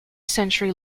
century